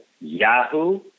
Yahoo